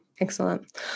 Excellent